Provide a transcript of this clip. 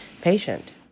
patient